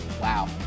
Wow